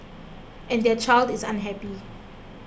and their child is unhappy